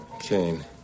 Kane